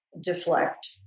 deflect